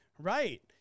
right